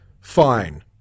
fine